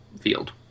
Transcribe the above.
field